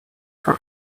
for